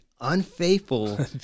unfaithful